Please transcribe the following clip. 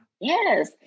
Yes